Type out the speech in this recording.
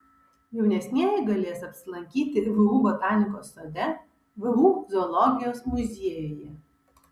jaunesnieji galės apsilankyti vu botanikos sode vu zoologijos muziejuje